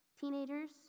Teenagers